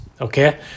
okay